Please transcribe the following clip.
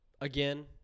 again